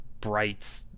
bright